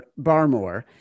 Barmore